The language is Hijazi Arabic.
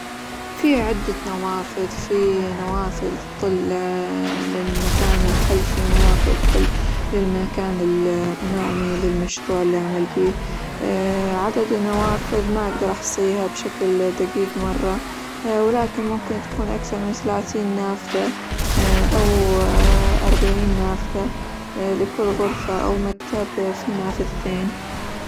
في عدة نوافذ، في نوافذ تطل للمكان الخلفي، ونوافذ تطل للمكان الأمامي للمشروع اللي أعمل بيه، عدد النوافذ ما أقدر أحصيها بشكل دقيق مرة، ولكن ممكن تكون أكثر من ثلاثين نافذة أو أربعين نافذة لكل غرفة، أو مكتب فيه نافذتين.